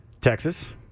Texas